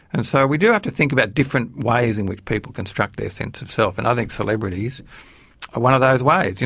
and so we do have to think about different ways in which people construct their sense of self and i think celebrities are one of those ways, you